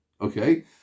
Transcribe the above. Okay